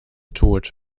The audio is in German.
tod